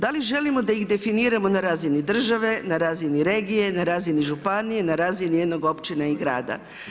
Da li želimo da ih definiramo na razini države, na razini regije, na razini županije, na razini jedne općine i grada?